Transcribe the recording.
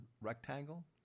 rectangle